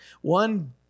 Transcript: One